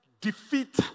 defeat